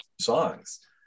songs